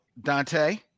Dante